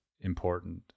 important